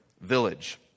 village